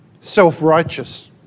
self-righteous